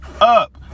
up